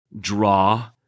draw